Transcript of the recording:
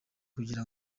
kugira